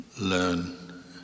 learn